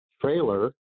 trailer